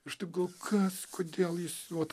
aš taip galvoju kas kodėl jis ot